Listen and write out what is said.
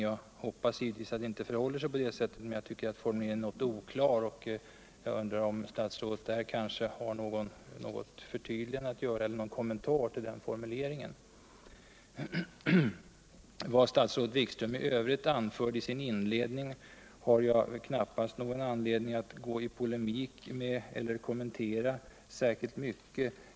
Jag hoppas givetvis att det inte förhåller sig på det sättet, men jag ivcker att formuleringen är något oklar, och jag undrar om statsrådet har någon kommentar till den. Jag har knappast någon anledning att gå i polemik med eller kommentera vad statsrådet Wikström i övrigt anförde i inledningen till sitt anförande.